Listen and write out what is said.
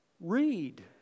Read